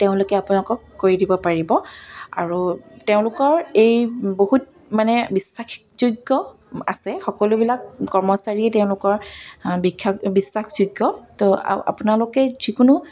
তেওঁলোকে আপোনালোকক কৰি দিব পাৰিব আৰু তেওঁলোকৰ এই বহুত মানে বিশ্বাসযোগ্য আছে সকলোবিলাক কৰ্মচাৰীয়ে তেওঁলোকৰ বিখ্যাত বিশ্বাসযোগ্য তো আপোনালোকে যিকোনো